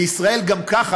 בישראל גם ככה,